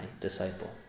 disciple